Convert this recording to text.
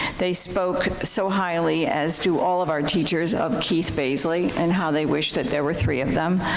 they spoke so highly, as do all of our teachers, of keith bayesly and how they wish that there were three of him,